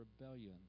rebellion